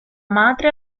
madre